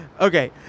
Okay